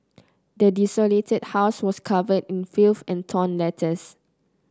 the desolated house was covered in filth and torn letters